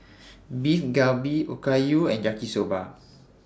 Beef Galbi Okayu and Yaki Soba